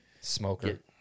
Smoker